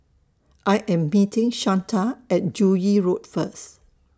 I Am beeting Shanta At Joo Yee Road First